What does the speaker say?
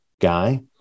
guy